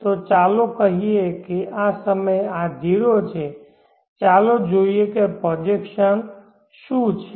તો ચાલો કહીએ કે આ સમયે આ 0 છે ચાલો જોઈએ કે પ્રોજેકશન શું છે